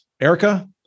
Erica